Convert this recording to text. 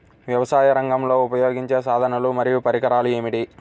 వ్యవసాయరంగంలో ఉపయోగించే సాధనాలు మరియు పరికరాలు ఏమిటీ?